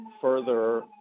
further